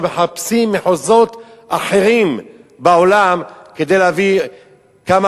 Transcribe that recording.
או מחפשים מחוזות אחרים בעולם כדי להביא כמה